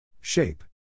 Shape